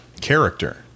character